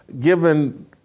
given